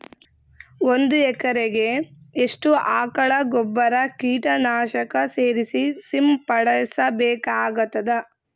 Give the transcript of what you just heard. ಒಂದು ಎಕರೆಗೆ ಎಷ್ಟು ಆಕಳ ಗೊಬ್ಬರ ಕೀಟನಾಶಕ ಸೇರಿಸಿ ಸಿಂಪಡಸಬೇಕಾಗತದಾ?